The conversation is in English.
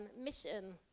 mission